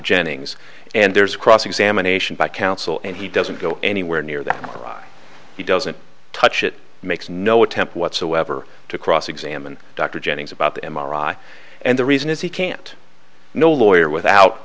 jennings and there's cross examination by counsel and he doesn't go anywhere near that he doesn't touch it makes no attempt whatsoever to cross examine dr jennings about the m r i and the reason is he can't no lawyer without